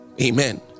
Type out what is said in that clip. Amen